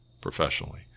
professionally